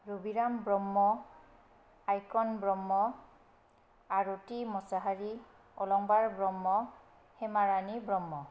Rabiram Brahma Aaykan Brahma Arati Mashahari Alambar Brahma Hemarani Brahma